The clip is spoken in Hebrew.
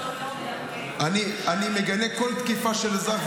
--- אני מגנה כל תקיפה של אזרח,